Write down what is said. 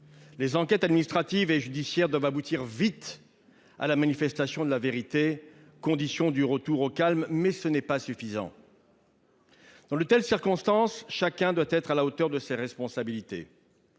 Les enquêtes administratives et judiciaires doivent aboutir rapidement à la manifestation de la vérité, condition du retour au calme, mais cela ne sera pas suffisant. Dans de telles circonstances, chacun doit être à la hauteur de ses responsabilités.